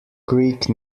creek